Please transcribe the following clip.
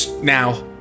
Now